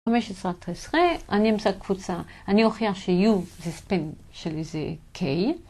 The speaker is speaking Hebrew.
15-13, אני אמצא קבוצה, אני אוכיח ש-U זה ספין של איזה K.